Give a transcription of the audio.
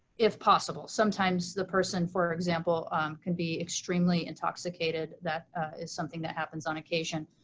if possible, sometimes the person for example can be extremely intoxicated, that is something that happens on occasion.